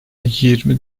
yirmi